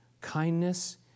kindness